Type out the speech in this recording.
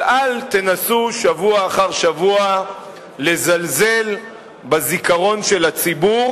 אבל אל תנסו שבוע אחר שבוע לזלזל בזיכרון של הציבור